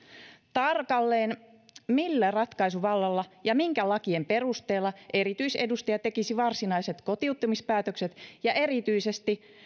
tarkalleen millä ratkaisuvallalla ja minkä lakien perusteella erityisedustaja tekisi varsinaiset kotiuttamispäätökset ja erityisesti